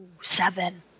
seven